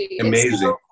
amazing